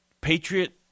Patriot